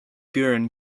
buren